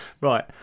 right